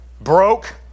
broke